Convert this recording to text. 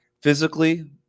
Physically